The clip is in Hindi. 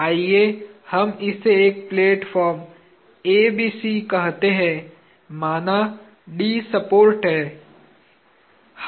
आइए हम इसे एक प्लेटफार्म A B C कहते हैं माना D सपोर्ट है